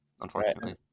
unfortunately